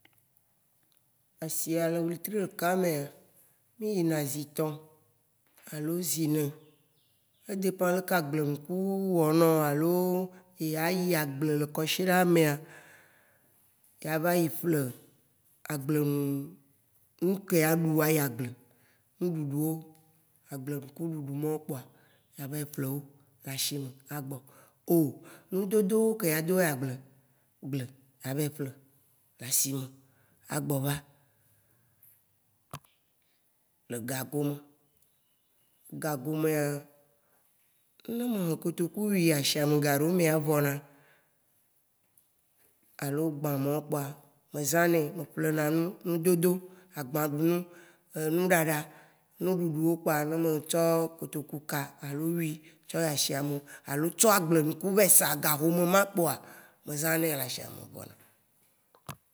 Asia, lé wétri ɖeka méa, mi yina zi etɔ alo zi énɛ. E dépend léké agblénuku wɔ nɔ alo ya yi agblé le kɔsiɖaa méa. A vayi ƒlé agblenu, nukɛ aɖu ayi agblé. Nuɖuɖuwo agblé nuku dudu mawo kpoa, ava yi ƒlé wo lé eshimɛ a gbɔ. O! nudodowo kɛ ado ayi agblé. A vayi ƒlé lé esime a gbɔva. Lé ega gome: ga gomèa, né me hĩ kotoku wi yi ashimè gaɖoomɛ evɔna. Alo gbã mawo kpoa me zãnɛ. Me ƒlénanu: nudodo, agbãɖunu, enuɖaɖa, nuɖuɖuwo kpoa, né me tsɔ kotoku ka alo wi tsɔ yi ashimè alo tsɔ agblé nuku vayi sa éga home ma kpoa, me zãnɛ lé eshiamɛ gbɔna.